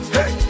Hey